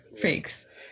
fakes